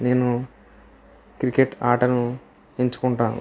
నేను క్రికెట్ ఆటను ఎంచుకుంటాను